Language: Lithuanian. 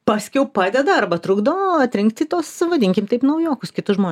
paskiau padeda arba trukdo atrinkti tuos vadinkim taip naujokus kitus žmones